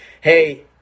hey